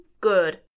good